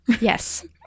Yes